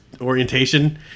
orientation